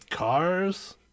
cars